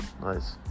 nice